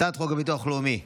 הצעת חוק הביטוח הלאומי (תיקון,